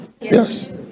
Yes